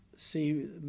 see